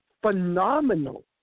phenomenal